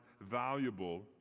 valuable